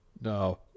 No